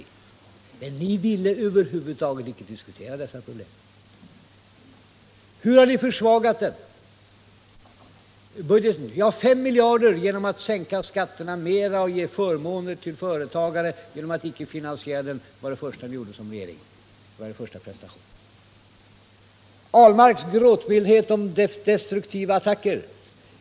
Men ni ville över huvud taget icke diskutera dessa problem. Hur har ni då försvagat budgeten? Jo, det första ni gjorde i regeringsställning var att försvaga den med 5 miljarder kronor genom att sänka skatterna mer och ge förmåner till företagarna. Ahlmark talar med gråtmild stämma om destruktiva attacker.